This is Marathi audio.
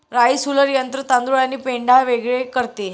राइस हुलर यंत्र तांदूळ आणि पेंढा वेगळे करते